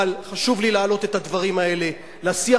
אבל חשוב לי להעלות את הדברים האלה לשיח